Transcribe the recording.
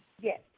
Yes